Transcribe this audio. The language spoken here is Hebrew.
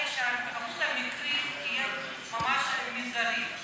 להניח שמספר המקרים יהיה ממש מזערי,